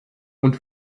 und